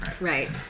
Right